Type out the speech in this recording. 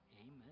Amen